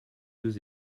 deux